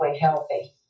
healthy